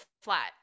flat